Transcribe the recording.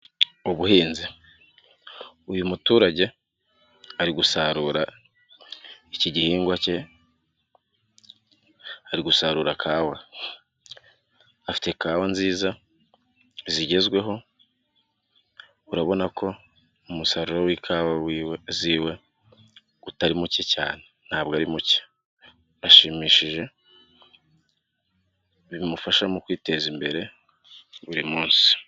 Ubuhinzi, uyu muturage ari gusarura iki ihingwa cye, ari gusarura kawa, afite kawa nziza zigezweho, urabona ko umusaruro w'ikawa wiziwe utari mucye cyane, ntabwo ari mucye urashimishije, bimufasha mu kwiteza imbere buri munsi.